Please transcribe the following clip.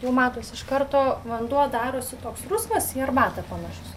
jau matos iš karto vanduo darosi toks rusvas į arbatą panašus